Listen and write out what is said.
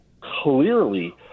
clearly